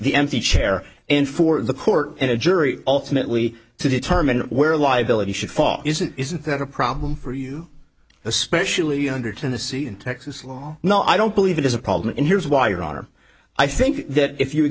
the empty chair in for the court and a jury ultimately to determine where liability should fall isn't isn't that a problem for you especially under to the c in texas law no i don't believe it is a problem and here's why your honor i think that if you